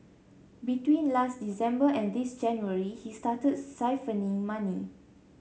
between last December and this January he started siphoning money